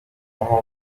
nko